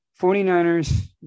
49ers